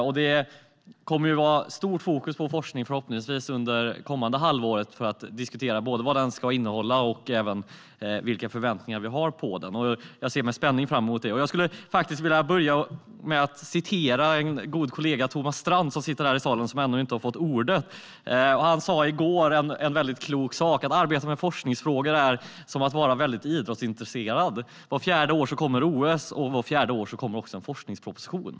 Det kommer förhoppningsvis att vara stort fokus på forskning under det kommande halvåret och en diskussion om både vad den ska innehålla och vilka förväntningar vi har på den. Jag ser med spänning fram emot det. Jag skulle faktiskt vilja citera en god kollega, nämligen Thomas Strand som sitter här i salen och ännu inte har fått ordet. Han sa i går en väldigt klok sak: Att arbeta med forskningsfrågor är som att vara väldigt idrottsintresserad - vart fjärde år kommer OS, och vart fjärde år kommer också en forskningsproposition.